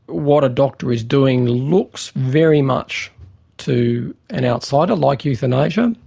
what a doctor is doing looks very much to an outsider, like euthanasia,